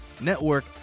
network